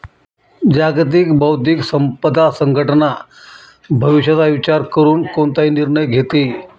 जागतिक बौद्धिक संपदा संघटना भविष्याचा विचार करून कोणताही निर्णय घेते